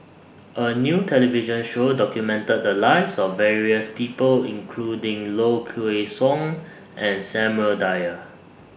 A New television Show documented The Lives of various People including Low Kway Song and Samuel Dyer